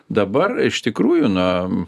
dabar iš tikrųjų na